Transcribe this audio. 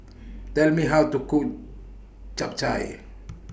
Tell Me How to Cook Japchae